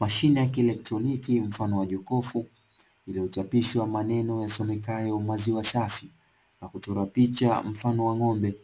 Mashine ya kielektroniki mfano wa jokofu, iliyochapishwa maneno yasomekayo maziwa safi na kuchorwa picha mfano wa ng'ombe,